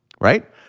right